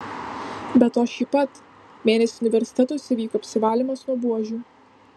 be to šį pat mėnesį universitetuose vyko apsivalymas nuo buožių